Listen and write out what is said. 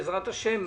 בעזרת השם,